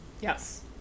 Yes